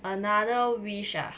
another wish ah